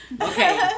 Okay